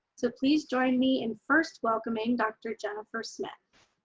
so please join me in first welcoming dr. jennifer smith.